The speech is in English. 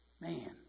Man